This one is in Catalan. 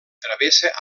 travessa